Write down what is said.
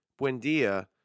Buendia